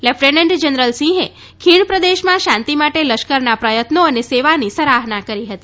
lieutenant general સિંહે ખીણ પ્રદેશમાં શાંતિ માટે લશ્કરના પ્રયત્નો અને સેવાની સરાહના કરી હતી